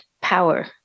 power